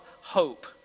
hope